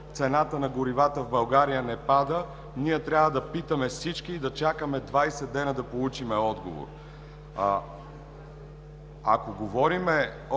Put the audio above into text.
цената на горивата в България не пада, ние трябва да питаме всички и да чакаме 20 дни да получим отговор. Още един